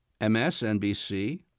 MSNBC